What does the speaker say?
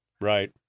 Right